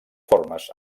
formes